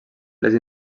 les